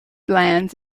lands